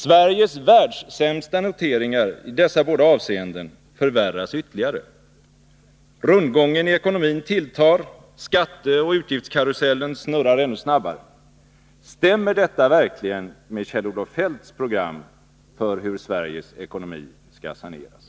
Sveriges världssämsta notering i dessa båda avseenden förvärras ytterligare. Rundgången i ekonomin tilltar. Skatteoch utgiftskarusellen snurrar ännu snabbare. Stämmer detta verkligen med Kjell-Olof Feldts program för hur Sveriges ekonomi skall saneras?